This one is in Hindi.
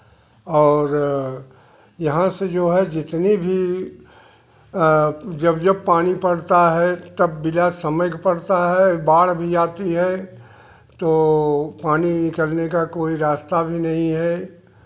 और यहाँ से जो है जितनी भी जब जब पानी पड़ता है तब बिना समय के पड़ता है बाढ़ भी आती है तो पानी निकलने का कोई रास्ता भी नहीं है